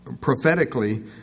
prophetically